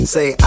Say